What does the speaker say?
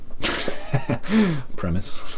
premise